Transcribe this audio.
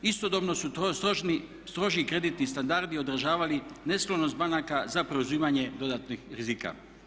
Istodobno u stroži kreditni standardi odražavali nesklonost banaka za preuzimanje dodatnih rizika.